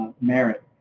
merit